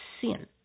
sin